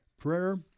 Prayer